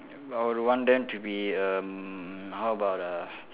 I will want them to be um how about uh